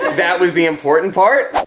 that was the important part.